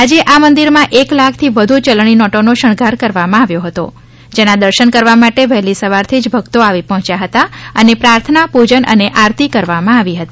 આજે આ મંદિરમાં એક લાખ થી વધુ યલણી નોટો નો શણગાર કરવામાં આવ્યો હતો જેના દર્શન કરવા માટે વહેલી સવારથી ભક્તો આવી પહોંચ્યાં હતા અને પ્રાર્થના પૂજન અને આરતી કરવામાં આવી હતી